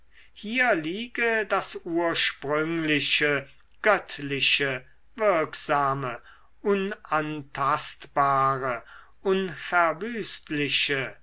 hier liege das ursprüngliche göttliche wirksame unantastbare unverwüstliche